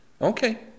Okay